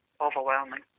overwhelming